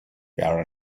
wer